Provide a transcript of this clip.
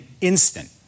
instant